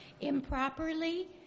improperly